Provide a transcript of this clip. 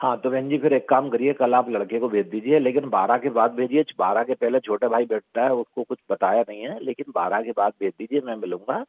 हाँ तो बेहन जी फिर एक काम करिए कल आप लड़के को भेज दीजिए लेकिन बारह के बाद भेजिए बारह के पहले छोटा भाई बैठता है उसको कुछ बताया नहीं है लेकिन बारह के बाद भेज दीजिए मैं मिलूंगा